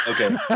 Okay